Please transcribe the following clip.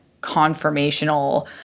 conformational